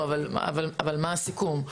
אבל מה הסיכום?